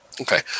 Okay